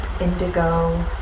indigo